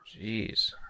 Jeez